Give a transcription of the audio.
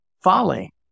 folly